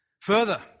Further